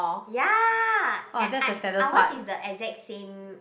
ya I I ours is the exact same